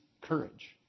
courage